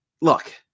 Look